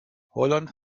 holland